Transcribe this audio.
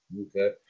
Okay